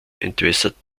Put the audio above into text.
entwässert